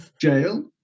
Jail